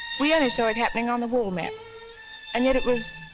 we only saw it happening on the wall map and yet it was.